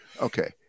Okay